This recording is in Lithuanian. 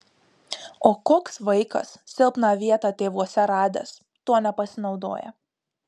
o koks vaikas silpną vietą tėvuose radęs tuo nepasinaudoja